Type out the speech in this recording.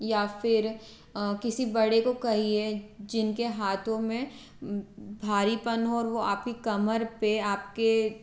या फिर किसी बड़े को कहिए जिन के हाथों में भारीपन हो और वो आपकी कमर पर आपके